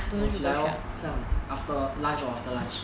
我起来 lor 像 after lunch or after lunch